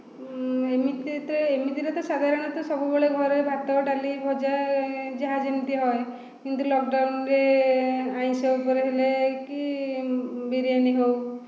ଏମିତି ଏମିତି ରେ ତ ସାଧାରଣତଃ ସବୁ ବେଳେ ଘରେ ଭାତ ଡାଲି ଭଜା ଯାହା ଯେମିତି ହୁଏ କିନ୍ତୁ ଲକଡାଉନରେ ଆଇଁଷ ଉପରେ ହେଲେ କି ବିରିୟାନୀ ହେଉ